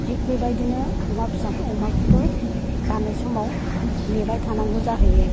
थिग बेबादिनो अमा फिसा अमखौबो जानाय समाव नेबाय थानांगौजाहैयो